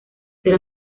ser